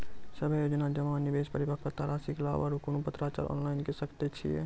सभे योजना जमा, निवेश, परिपक्वता रासि के लाभ आर कुनू पत्राचार ऑनलाइन के सकैत छी?